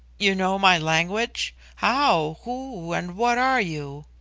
you know my language? how? who and what are you?